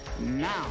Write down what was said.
now